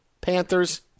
Panthers